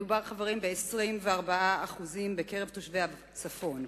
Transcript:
מדובר ב-24% בקרב תושבי הצפון.